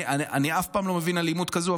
אני אף פעם לא מבין אלימות כזאת,